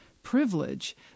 privilege